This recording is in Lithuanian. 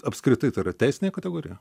apskritai tai yra teisinė kategorija